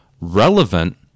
relevant